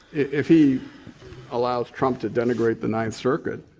if he allows trump to denigrate the ninth circuit,